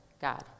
God